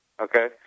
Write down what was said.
okay